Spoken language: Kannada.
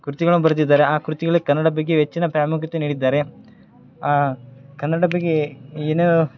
ಕೃತಿಗಳನ್ನು ಬರೆದಿದ್ದಾರೆ ಆ ಕೃತಿಯಲ್ಲಿ ಕನ್ನಡ ಬಗ್ಗೆ ಹೆಚ್ಚಿನ ಪ್ರಾಮುಖ್ಯತೆ ನೀಡಿದ್ದಾರೆ ಆ ಕನ್ನಡ ಬಗ್ಗೆ ಏನೂ